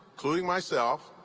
including myself,